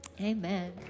Amen